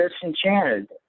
disenchanted